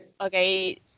okay